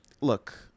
Look